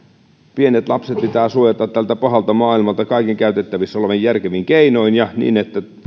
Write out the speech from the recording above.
pienet lapset pitää suojata tältä pahalta maailmalta kaikin käytettävissä olevin järkevin keinoin ja niin että